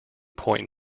point